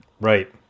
Right